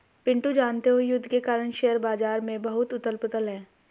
पिंटू जानते हो युद्ध के कारण शेयर बाजार में बहुत उथल पुथल है